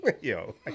Yo